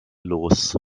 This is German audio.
los